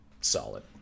solid